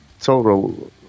total